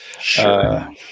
Sure